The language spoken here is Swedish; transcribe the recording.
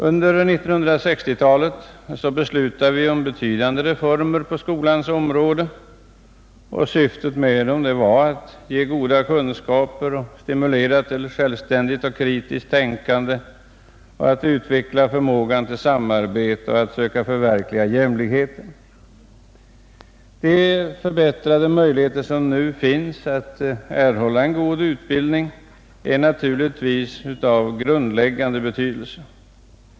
Under 1960-talet genomförde vi betydande reformer på skolans område. Syftet var att ge goda kunskaper, stimulera till självständigt och kritiskt tänkande, utveckla förmågan till samarbete och söka förverkliga jämlikheten. De förbättrade möjligheter som nu finns att erhålla en god utbildning är naturligtvis av grundläggande betydelse.